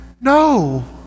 No